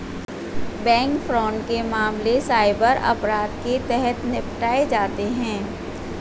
bank fraud के मामले cyber अपराध के तहत निपटाए जाते हैं